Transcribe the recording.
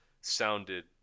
sounded